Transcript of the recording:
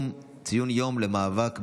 ציון יום למאבק בגזענות.